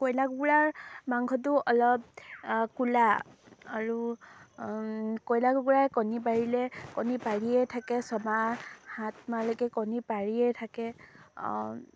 কইলা কুকুৰাৰ মাংসটো অলপ ক'লা আৰু কয়লা কুকুৰাই কণী পাৰিলে কণী পাৰিয়ে থাকে ছমাহ সাতমাহলৈকে কণী পাৰিয়ে থাকে